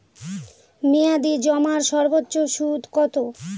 মেয়াদি জমার সর্বোচ্চ সুদ কতো?